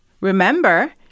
Remember